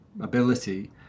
ability